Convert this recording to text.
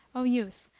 o youth,